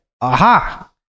aha